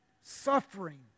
suffering